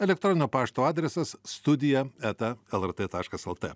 elektroninio pašto adresas studija eta lrt taškas lt